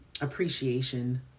appreciation